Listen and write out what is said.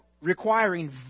requiring